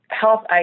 health